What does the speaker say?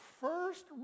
first